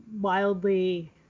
wildly